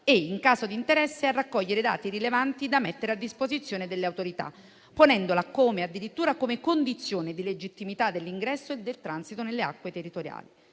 e, in caso di interesse, a raccogliere dati rilevanti da mettere a disposizione delle autorità, ponendola addirittura come condizione di legittimità dell'ingresso e del transito nelle acque territoriali.